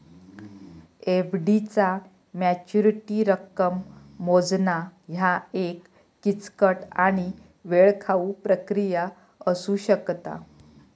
FD चा maturity रक्कम मोजणा ह्या एक किचकट आणि वेळखाऊ प्रक्रिया असू शकता